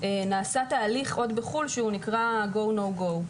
נעשה תהליך עוד בחוץ לארץ שנקרא Go no go.